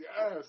yes